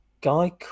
guy